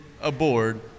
aboard